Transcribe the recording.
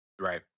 Right